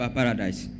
paradise